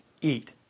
eat